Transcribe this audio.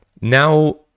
now